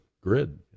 grid